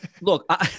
look